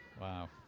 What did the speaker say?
Wow